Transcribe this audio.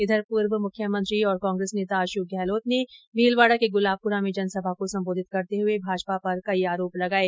इधर पूर्व मुख्यमंत्री और कांग्रेस नेता अशोक गहर्लात ने भीलवाडा के गुलाबपुरा में जनसभा को संबोधित करते हुए भाजपा पर कई आरोप लगाये